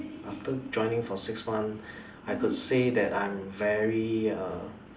after joining for six months I could say I am very err